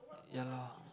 ya loh